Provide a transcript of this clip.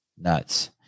Nuts